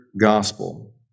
gospel